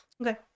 Okay